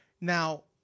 Now